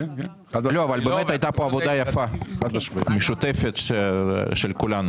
יתווסף "ובאישור ועדת הכספים של הכנסת לעשות שימוש בתקציב ההתאמות".